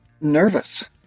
nervous